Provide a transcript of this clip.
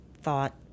thought